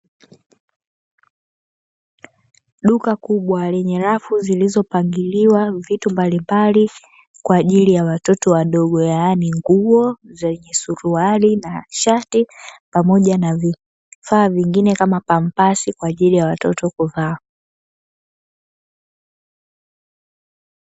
Duka kubwa lenye rafu zilizopangiliwa vitu mbalimbali kwa ajili ya watoto wadogo. yaani nguo zenye suruali na shati pamoja na vifaa vingine kama pampasi kwa ajili ya watoto kuvaa.